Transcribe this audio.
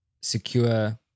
secure